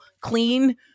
clean